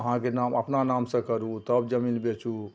अहाँके नाम अपना नामसे करू तब जमीन बेचू